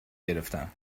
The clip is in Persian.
گرفتم